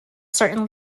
certain